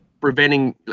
preventing